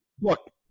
Look